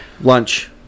Lunch